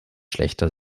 schlechter